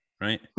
right